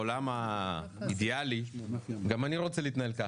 בעולם האידיאלי גם אני רוצה להתנהל כך,